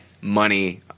money